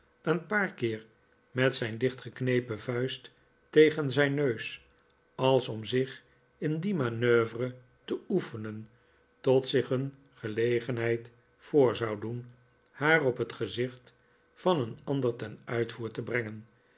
een paar keer met zijn dichtgeknepen vuist tegen zijn neus als om zich in die manoeuvre te oefenen tot zich een gelegenheid voor zou doen haar op het gezicht van een ander ten uitvoer te brengen